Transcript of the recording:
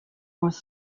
was